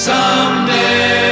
Someday